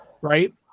right